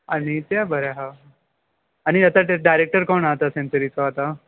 आनी तें बरें हां आनी आता ते डायरेक्टर कोण आहा ते सेन्चुरीचो आता